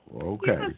okay